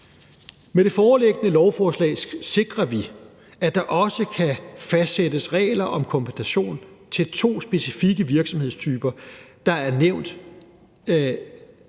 Med det foreliggende lovforslag sikrer vi, at der også kan fastsættes regler om kompensation til to specifikke virksomhedstyper, der er nævnt